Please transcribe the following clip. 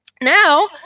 now